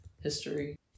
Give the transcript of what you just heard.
history